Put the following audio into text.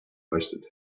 wasted